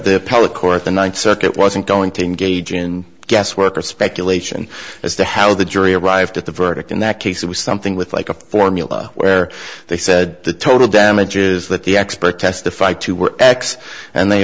or the ninth circuit wasn't going to engage in guesswork or speculation as to how the jury arrived at the verdict in that case it was something with like a formula where they said the total damage is that the expert testified to were x and they